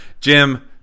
Jim